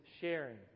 sharing